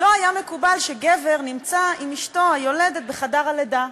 לא היה מקובל שגבר נמצא עם אשתו היולדת בחדר הלידה,